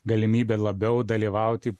galimybė labiau dalyvauti